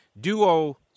Duo